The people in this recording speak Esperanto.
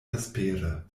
vespere